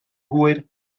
hwyr